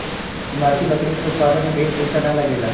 इमारती लकड़ी के उत्पादन में ढेर पईसा ना लगेला